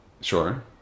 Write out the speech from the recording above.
Sure